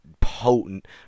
potent